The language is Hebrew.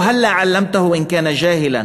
הלא עלּמתה אן כּאן ג'אהלן,